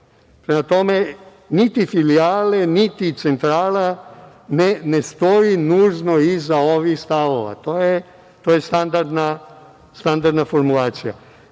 tome, niti filijale, niti centrala ne stoje nužno iza ovih stavova. To je standardna formulacija.Za